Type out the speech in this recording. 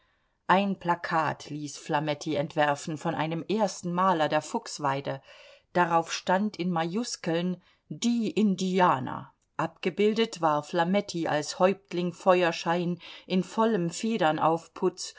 ein plakat ließ flametti entwerfen von einem ersten maler der fuchsweide darauf stand in majuskeln die indianer abgebildet war flametti als häuptling feuerschein in vollem